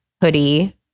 hoodie